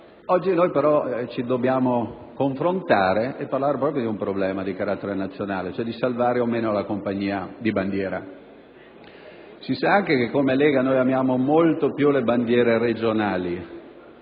Oggi, però, ci dobbiamo confrontare proprio su un problema di carattere nazionale, ossia se salvare o meno la compagnia di bandiera. Si sa anche che, come Lega, amiamo molto più le bandiere regionali